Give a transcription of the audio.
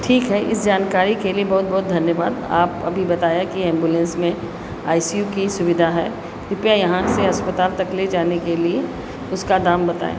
ठीक है इस जानकारी के लिए बहुत बहुत धन्यवाद आपने अभी बताया कि ऐम्बुलेन्स में आई सी यू की सुविधा है कृपया यहाँ से अस्पताल तक ले जाने के लिए उसका दाम बताएँ